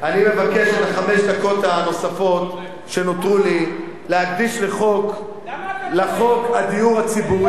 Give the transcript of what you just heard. אני מבקש את חמש הדקות הנוספות שנותרו לי להקדיש לחוק הדיור הציבורי,